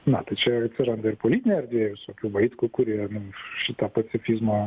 na tai čia ir atsiranda ir politinė erdvė visokių vaitkų kurie nu už šitą pacifizmo